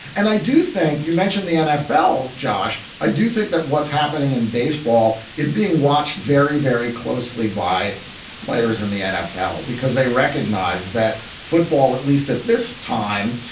and i do think you mentioned the nfl. josh, i do think that what's happening in baseball is being watched very, very closely by players in the nfl because they recognize that football, at least at this time,